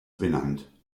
benannt